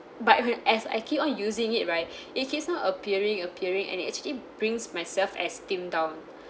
but when as I keep on using it right it keeps on appearing appearing and it actually brings my self-esteem down